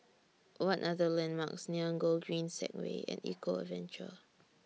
What Are The landmarks near Gogreen Segway and Eco Adventure